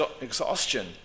exhaustion